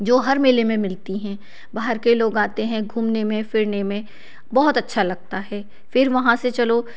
जो हर मेले में मिलती हैं बाहर के लोग आते हैं घूमने में फिरने में बहुत अच्छा लगता है फिर वहाँ से चलो